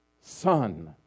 Son